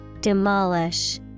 Demolish